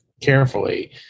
carefully